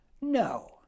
No